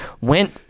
went